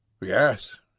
Yes